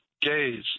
gaze